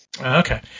Okay